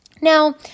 Now